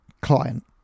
client